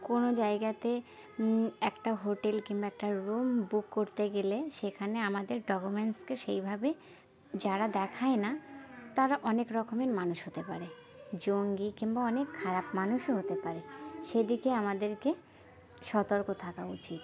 কোনো জায়গাতে একটা হোটেল কিংবা একটা রুম বুক করতে গেলে সেখানে আমাদের ডকুমেন্টসকে সেইভাবে যারা দেখায় না তারা অনেক রকমের মানুষ হতে পারে জঙ্গি কিংবা অনেক খারাপ মানুষও হতে পারে সেদিকে আমাদেরকে সতর্ক থাকা উচিত